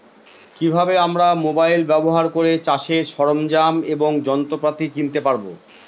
কি ভাবে আমরা মোবাইল ব্যাবহার করে চাষের সরঞ্জাম এবং যন্ত্রপাতি কিনতে পারবো?